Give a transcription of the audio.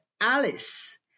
Alice